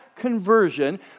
conversion